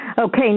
Okay